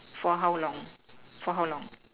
for how long for how long